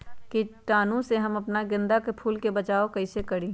कीटाणु से हम अपना गेंदा फूल के बचाओ कई से करी?